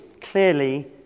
clearly